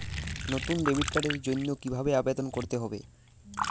নতুন ডেবিট কার্ডের জন্য কীভাবে আবেদন করতে হবে?